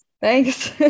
Thanks